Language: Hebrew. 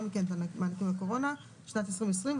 את המענקים לקורונה בשנת 2020,